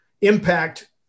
impact